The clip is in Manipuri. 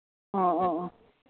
ꯑꯣ ꯑꯣ ꯑꯣ